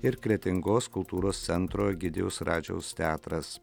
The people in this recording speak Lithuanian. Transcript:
ir kretingos kultūros centro egidijaus radžiaus teatras